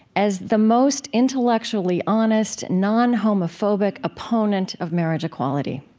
as the most intellectually honest, non-homophobic opponent of marriage equality.